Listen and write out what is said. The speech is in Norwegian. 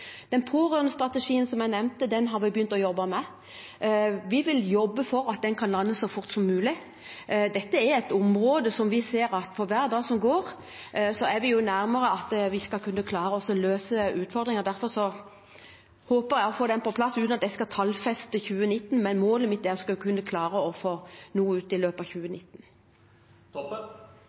Den pårørendestrategien som jeg nevnte, har vi begynt å jobbe med, og vi vil jobbe for at den kan lande så fort som mulig. Dette er et område der vi ser at for hver dag som går, er vi nærmere å klare å løse utfordringene. Jeg håper derfor å få den på plass i 2019, uten at jeg skal tallfeste det, men målet mitt er å klare å få noe ut i løpet av 2019.